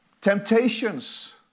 Temptations